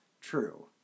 true